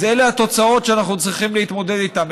אז אלה התוצאות שאנחנו צריכים להתמודד איתן.